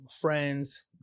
friends